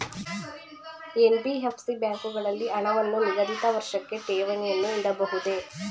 NBFC ಬ್ಯಾಂಕುಗಳಲ್ಲಿ ಹಣವನ್ನು ನಿಗದಿತ ವರ್ಷಕ್ಕೆ ಠೇವಣಿಯನ್ನು ಇಡಬಹುದೇ?